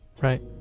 right